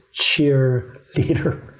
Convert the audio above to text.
cheerleader